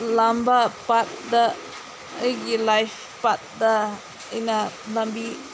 ꯂꯥꯝꯕ ꯄꯥꯠꯇ ꯑꯩꯒꯤ ꯂꯥꯏꯐ ꯄꯥꯠꯇ ꯑꯩꯅ ꯂꯝꯕꯤ